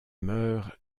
meurt